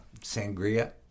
Sangria